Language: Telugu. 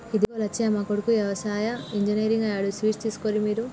ఇదిగో లచ్చయ్య మా కొడుకు యవసాయ ఇంజనీర్ అయ్యాడు స్వీట్స్ తీసుకోర్రి మీరు